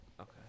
Okay